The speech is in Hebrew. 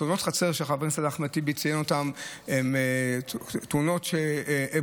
תאונות החצר שחבר הכנסת אחמד טיבי ציין הן תאונות שקורות.